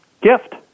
gift